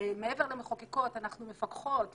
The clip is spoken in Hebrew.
מעבר למחוקקות אנחנו מפקחות ומצליפות,